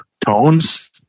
Tones